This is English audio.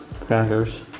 crackers